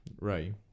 Right